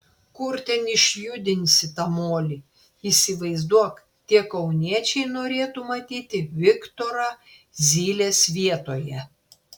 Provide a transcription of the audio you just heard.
kur ten išjudinsi tą molį įsivaizduok tie kauniečiai norėtų matyti viktorą zylės vietoje